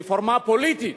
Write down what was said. רפורמה פוליטית,